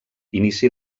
inici